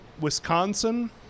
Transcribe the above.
Wisconsin